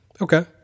Okay